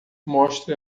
mostre